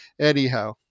anyhow